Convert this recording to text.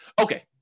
Okay